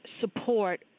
support